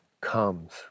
comes